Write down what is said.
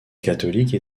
catholiques